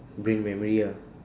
brain memory ah